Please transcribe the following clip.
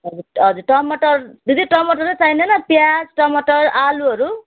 हजुर टमाटर दिदी टमटर चाहिँ चाहिँदैन प्याज टमाटर आलुहरू